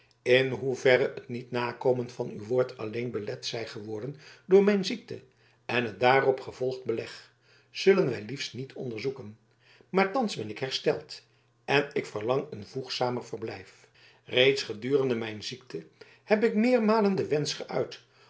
in hoeverre het niet nakomen van uw woord alleen belet zij geworden door mijn ziekte en het daarop gevolgd beleg zullen wij liefst niet onderzoeken maar thans ben ik hersteld en ik verlang een voegzamer verblijf reeds gedurende mijn ziekte heb ik meermalen den wensch geuit